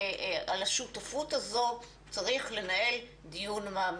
ועל השותפות הזאת צריך לנהל דיון מעמיק.